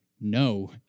no